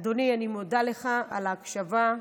אדוני, אני מודה לך על ההקשבה.